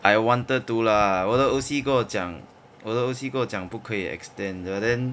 I wanted to lah 我的 O_C 跟我讲我的 O_C 跟我讲不可以 extend 了 then